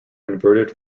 converted